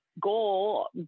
goal